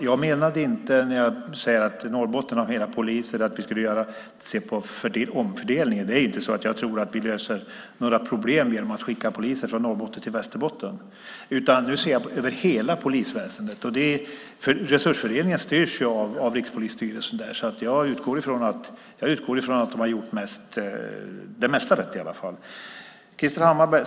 Herr talman! När jag sade att Norrbotten har fler poliser menade jag inte att vi skulle göra en omfördelning. Det är inte så att jag tror att vi löser några problem genom att skicka poliser från Norrbotten till Västerbotten, utan nu ser jag över hela polisväsendet. Resursfördelningen styrs av Rikspolisstyrelsen, och jag utgår från att de har gjort i alla fall det mesta rätt.